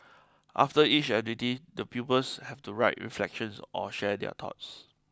after each activity the pupils have to write reflections or share their thoughts